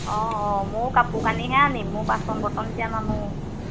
অঁ অঁ ময়ো কাপোৰ কানিহে আনিম ময়ো বাচন বৰ্তন এতিয়া নানো